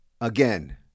Again